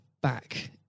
back